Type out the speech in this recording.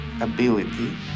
ability